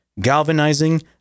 galvanizing